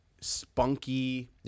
spunky